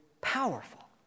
powerful